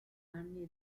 anni